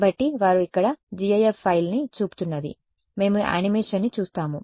కాబట్టి వారు ఇక్కడ gif ఫైల్ని చూపుతున్నది మేము యానిమేషన్ని చూస్తాము